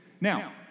Now